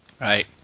Right